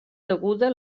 deguda